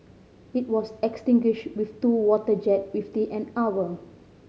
it was extinguished with two water jet within an hour